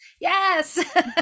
Yes